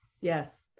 Yes